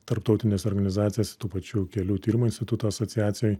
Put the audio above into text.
tarptautinėse organizacijose tų pačių kelių tyrimo instituto asociacijoj